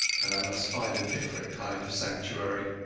and i must find a different kind of sanctuary.